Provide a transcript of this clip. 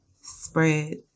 spread